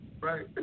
right